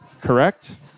correct